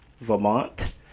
Vermont